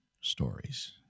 stories